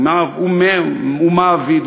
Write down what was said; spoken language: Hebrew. ומעביד,